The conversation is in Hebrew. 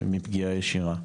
מפגיעה ישירה.